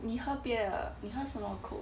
你喝别的你喝什么